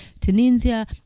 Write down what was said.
tunisia